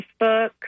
Facebook